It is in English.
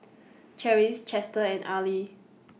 Cherise Chester and Arley